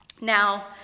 Now